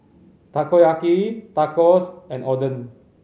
Takoyaki Tacos and Oden